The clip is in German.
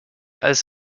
als